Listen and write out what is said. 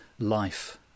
life